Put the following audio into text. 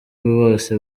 bose